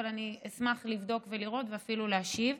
אבל אני אשמח לבדוק ולראות ואפילו להשיב.